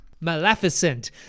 Maleficent